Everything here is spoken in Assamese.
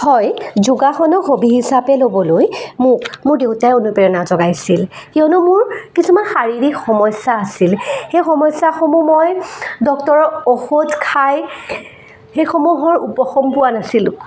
হয় যোগাসনক হবী হিচাপে ল'বলৈ মোক মোৰ দেউতাই অনুপ্ৰেৰণা জগাইছিল কিয়নো মোৰ কিছুমান শাৰিৰীক সমস্যা আছিল সেই সমস্যাসমূহ মই ডক্টৰৰ ঔষধ খাই সেইসমূহৰ উপশম পোৱা নাছিলোঁ